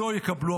לא יקבלו.